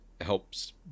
helps